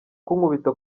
kunkubita